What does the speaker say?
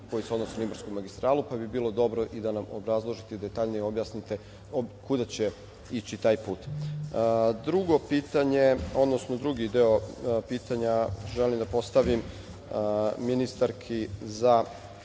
koji se odnosi na Ibarsku magistralu, pa bi bilo dobro i da nam obrazložite i detaljnije objasnite kuda će ići taj put? Drugo pitanje, odnosno drugi deo pitanja želim da postavim ministarki za